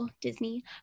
Disney